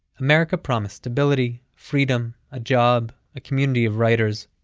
america promised stability, freedom, a job, a community of writers.